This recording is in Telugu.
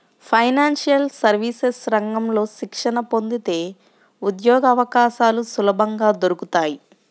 ఫైనాన్షియల్ సర్వీసెస్ రంగంలో శిక్షణ పొందితే ఉద్యోగవకాశాలు సులభంగా దొరుకుతాయి